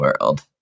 world